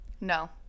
No